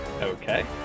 Okay